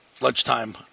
lunchtime